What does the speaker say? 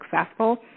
successful